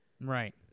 right